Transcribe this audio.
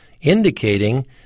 indicating